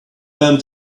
them